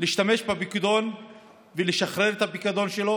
להשתמש בפיקדון ולשחרר את הפיקדון שלו